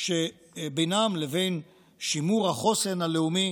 שבינן לבין שימור החוסן הלאומי